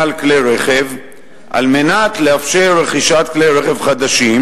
על כלי רכב על מנת לאפשר רכישת כלי רכב חדשים,